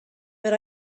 but